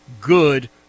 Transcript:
good